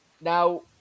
Now